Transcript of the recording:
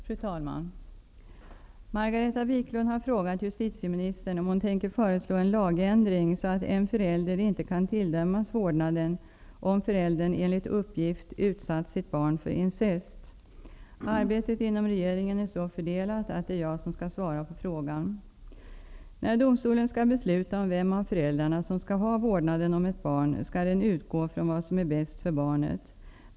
Fru talman! Margareta Viklund har frågat justitieministern om hon tänker föreslå en lagändring så att en förälder inte kan tilldömas vårdnaden om föräldern enligt uppgift utsatt sitt barn för incest. Arbetet inom regeringen är så fördelat att det är jag som skall svara på frågan. När domstolen skall besluta om vem av föräldrarna som skall ha vårdnaden om ett barn skall den utgå från vad som är bäst för barnet.